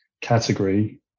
category